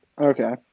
Okay